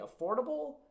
affordable